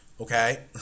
okay